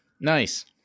nice